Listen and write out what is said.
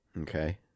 Okay